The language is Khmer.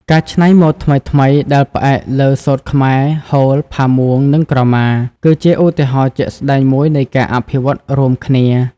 ការច្នៃម៉ូដថ្មីៗដែលផ្អែកលើ សូត្រខ្មែរ ហូល ផាមួង និងក្រមា គឺជាឧទាហរណ៍ជាក់ស្តែងមួយនៃការអភិវឌ្ឍរួមគ្នា។